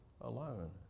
alone